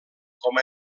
com